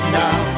now